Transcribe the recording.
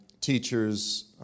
teachers